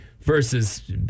versus